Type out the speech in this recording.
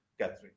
Catherine